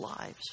lives